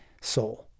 soul